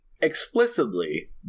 explicitly